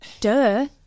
duh